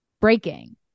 breaking